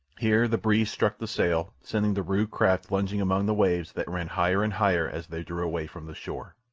here the breeze struck the sail, sending the rude craft lunging among the waves that ran higher and higher as they drew away from the shore.